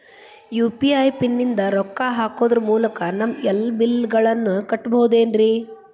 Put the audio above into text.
UPI ನಿಂದ ರೊಕ್ಕ ಹಾಕೋದರ ಮೂಲಕ ನಮ್ಮ ಎಲ್ಲ ಬಿಲ್ಲುಗಳನ್ನ ಕಟ್ಟಬಹುದೇನ್ರಿ?